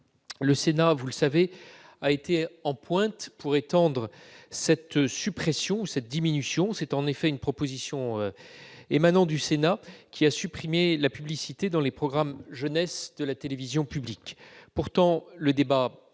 Le Sénat, vous le savez, a été en pointe pour étendre cette suppression. C'est en effet une proposition de loi sénatoriale qui a supprimé la publicité dans les programmes pour la jeunesse de la télévision publique. Pourtant, le débat